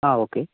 ആ ഓക്കേ